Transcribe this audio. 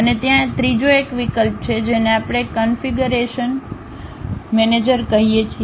અને ત્યાં ત્રીજો એક વિકલ્પ છે જેને આપણે કન્ફિગરેશન મેનેજર કહીએ છીએ